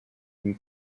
une